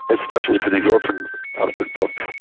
especially for these orphan out of print books,